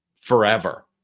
Forever